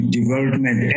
development